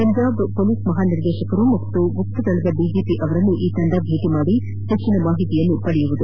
ಪಂಜಾಬ್ನ ಹೊಲೀಬ್ ಮಹಾನಿದೇತಕರು ಮತ್ತು ಗುಪ್ತದಳದ ಡಿಜಿಪಿ ಅವರನ್ನು ಈ ತಂಡ ಭೇಟಿ ಮಾಡಿ ಹೆಚ್ಚಿನ ಮಾಹಿತಿ ಪಡೆಯಲಿದೆ